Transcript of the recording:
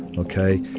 okay?